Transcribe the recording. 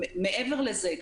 מעבר לזה,